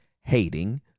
hating